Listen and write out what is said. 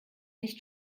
nicht